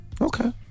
Okay